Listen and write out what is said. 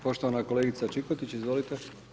Poštovana kolegica Čikotić, izvolite.